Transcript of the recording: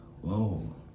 whoa